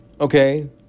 okay